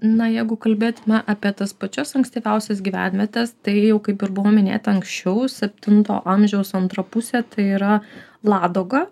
na jeigu kalbėtume apie tas pačias ankstyviausias gyvenvietes tai jau kaip ir buvo minėta anksčiau septinto amžiaus antra pusė tai yra ladoga